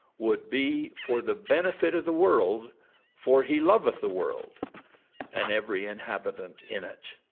would be for the benefit of the world for he loveth the world and every inhabitant in it.